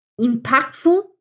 impactful